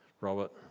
Robert